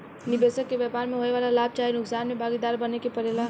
निबेसक के व्यापार में होए वाला लाभ चाहे नुकसान में भागीदार बने के परेला